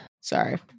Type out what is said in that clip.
Sorry